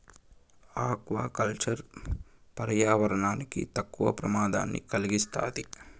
aqua culture పర్యావరణానికి తక్కువ ప్రమాదాన్ని కలిగిస్తాది